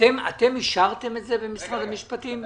אתם אישרתם את זה במשרד המשפטים?